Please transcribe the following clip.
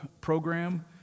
program